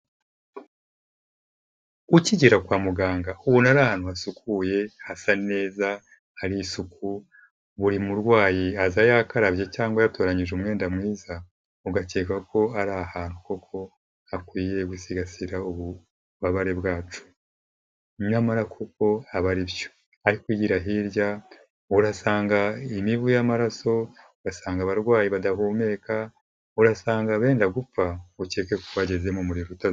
Ukigera kwa muganga ubona ari ahantu hasukuye hasa neza hari isuku, buri murwayi aza yakarabya cyangwa yatoranyije umwenda mwiza ugakeka ko ari ahantu koko hakwiye gusigasira ububabare bwacu nyamara kuko aba aribyo, ariko igira hirya urasanga imivu y'amaraso, ugasanga abarwayi badahumeka, urasanga abenda gupfa ukeke ko waageze mu muriro uta.